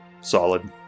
solid